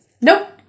nope